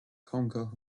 conquer